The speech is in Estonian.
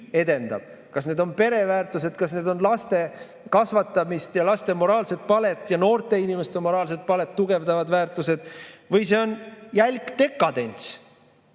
kas need on pereväärtused, kas need on laste kasvatamist ja laste moraalset palet ja noorte inimeste moraalset palet tugevdavad väärtused või on see jälk dekadents,